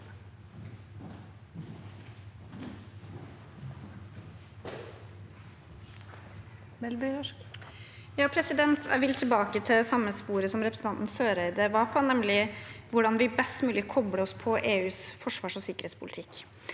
Jeg vil tilbake til det samme sporet som representanten Søreide var på, nemlig hvordan vi best mulig kobler oss på EUs forsvars- og sikkerhetspolitikk.